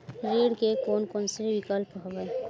ऋण के कोन कोन से विकल्प हवय?